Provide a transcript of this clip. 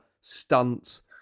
stunts